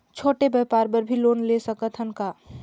छोटे व्यापार बर भी लोन ले सकत हन का?